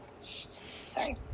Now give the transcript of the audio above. Sorry